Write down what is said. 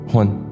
one